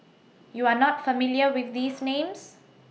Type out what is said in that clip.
YOU Are not familiar with These Names